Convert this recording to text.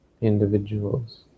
individuals